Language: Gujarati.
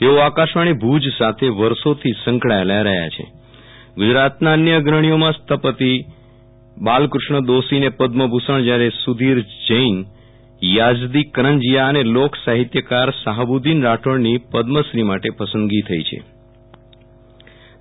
તેઓ આકાશવાણી ભુજ સાથે વર્ષોથી સંકળાયેલા રહયા છે ગુજરાતના અન્ય અગ્રણીઓમાં સ્થાપિત બાલકૃષ્ણ દોશીને પદમ ભુ ષણ જયારે સુ ધીર જૈનયાઝદી કરંજીયા અને લોક સાહિત્યકાર શાહબુદીન રાઠોડની પદમશ્રી માટે પસંદગી થઈ છે